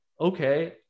okay